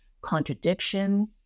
contradiction